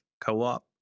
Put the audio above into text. co-op